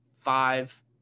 five